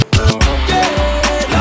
okay